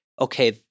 okay